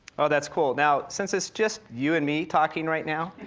oh, that's cool. now, since it's just you and me talking right now.